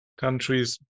Countries